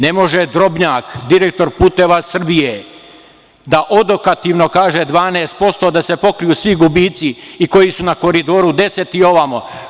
Ne može Drobnjak direktor Puteva Srbije da odokativno kaže 12% da se pokriju svi gubici i koji su na Koridoru 10 i ovamo.